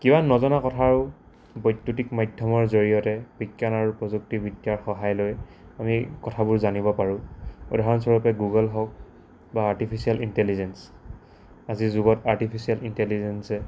কিমান নজনা কথাও বৈদ্যুতিক মাধ্যমৰ জৰিয়তে বিজ্ঞান আৰু প্ৰযুক্তিবিদ্যাৰ সহায় লৈ আমি কথাবোৰ জানিব পাৰোঁ উদাহৰণস্বৰূপে গুগল হওক বা আৰ্টিফিচিয়েল ইণ্টেলিজেঞ্চ আজিৰ যুগত আৰ্টিফিচিয়েল ইণ্টেলিজেঞ্চছে